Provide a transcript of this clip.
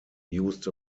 used